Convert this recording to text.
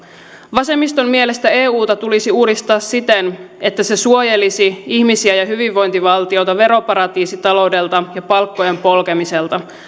vasemmiston mielestä euta tulisi uudistaa siten että se suojelisi ihmisiä ja hyvinvointivaltioita veroparatiisitaloudelta ja palkkojen polkemiselta